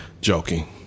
Joking